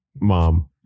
Mom